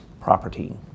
property